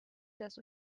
das